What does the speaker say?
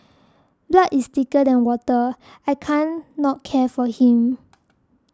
blood is thicker than water I can not care for him